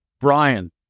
Brian